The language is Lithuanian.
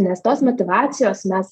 nes tos motyvacijos mes